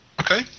Okay